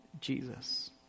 Jesus